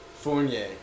Fournier